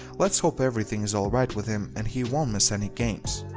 let's hope everything is alright with him and he won't miss any games.